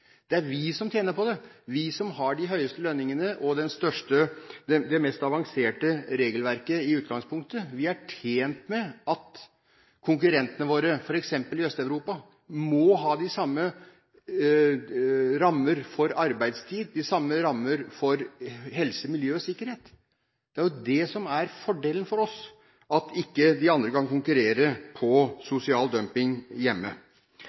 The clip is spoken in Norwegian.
Det er vi som tjener på det – vi som har de høyeste lønningene og i utgangspunktet det mest avanserte regelverket. Vi er tjent med at konkurrentene våre, f.eks. i Øst-Europa, må ha de samme rammer for arbeidstid og de samme rammer for helse, miljø og sikkerhet. Det er det som er fordelen for oss – at de andre ikke kan konkurrere med hensyn til sosial dumping hjemme.